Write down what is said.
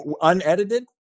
unedited